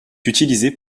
utilisée